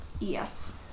Yes